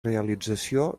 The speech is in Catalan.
realització